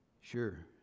Sure